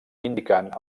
indicant